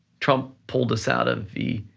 trump pulled us out of the.